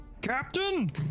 Captain